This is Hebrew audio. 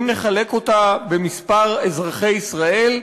אם נחלק אותה במספר אזרחי ישראל,